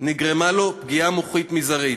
נגרמה לו פגיעה מוחית מזערית,